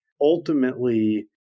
ultimately